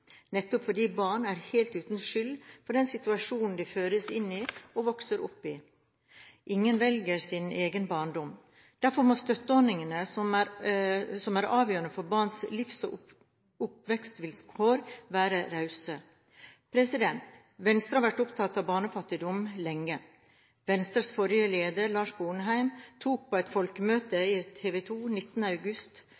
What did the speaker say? nettopp fordi barn er helt uten skyld i den situasjonen de fødes inn i og vokser opp i. Ingen velger sin egen barndom. Derfor må støtteordningene som er avgjørende for barns livs- og oppvekstvilkår, være rause. Venstre har vært opptatt av barnefattigdom lenge. Venstres forrige leder, Lars Sponheim, tok på et folkemøte